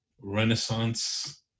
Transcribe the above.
renaissance